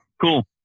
Cool